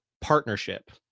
partnership